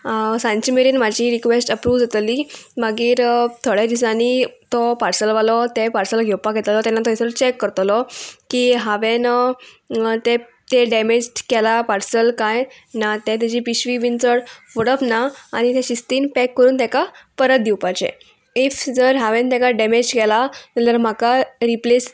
सांजची मेरेन म्हाजी रिक्वेस्ट अप्रूव जातली मागीर थोड्या दिसांनी तो पार्सलवालो तें पार्सल घेवपाक घेतलो तेन्ना थंयसर चॅक करतलो की हांवेंन तें तें डेमेज केलां पार्सल कांय ना तेजी पिशवी बीन चड उडप ना आनी तें शिस्तीन पॅक करून तेका परत दिवपाचें इफ जर हांवेंन तेका डॅमेज केलां जाल्यार म्हाका रिप्लेस